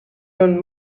own